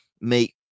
make